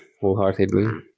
wholeheartedly